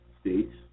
states